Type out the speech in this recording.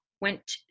went